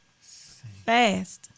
fast